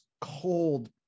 cold